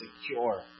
secure